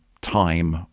time